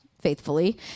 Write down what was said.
faithfully